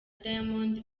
diamond